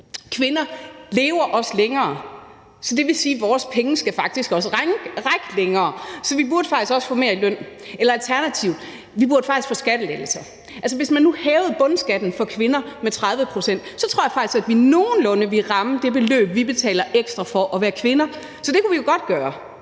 kvinder også lever længere, så det vil sige, at vores penge faktisk også skal række længere. Så vi burde faktisk også få mere i løn eller alternativt: Vi burde få skattelettelser. Hvis man nu hævede bundskatten for kvinder med 30 pct., så tror jeg faktisk, at vi nogenlunde ville ramme det beløb, vi betaler ekstra for at være kvinder. Så det kunne vi jo godt gøre.